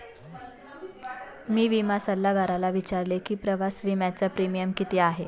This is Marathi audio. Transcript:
मी विमा सल्लागाराला विचारले की प्रवास विम्याचा प्रीमियम किती आहे?